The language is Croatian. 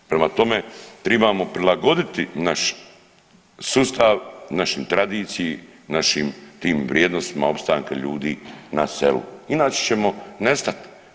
Prema tome, tribamo prilagoditi naš sustav našoj tradiciji, našim tim vrijednostima opstanka ljudi na selu, inače ćemo nestat.